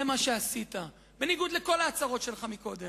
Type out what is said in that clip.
זה מה שעשית, בניגוד לכל ההצהרות הקודמות.